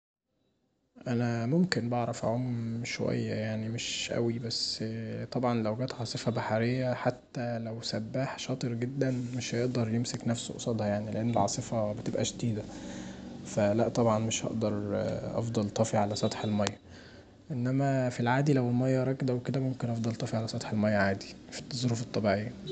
أنا ممكن بعرف أعوم شويه، مش أوي بس لو جت عاصفة بحرية حتي لو سباح شاطر جدا مش هيقدر يمسك نفسه قصادها يعني لان العاصفه بتبقي شديده، فلأ طبعا مش هقدر أفضل طافي علي سطح الميه، انما في العادي لو الميه راكده وكدا ممكن افضل طافي علي سطح الميه عادي في الظروف الطبيعيه.